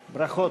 ברכות.